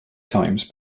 times